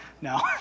No